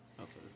Outside